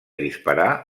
disparar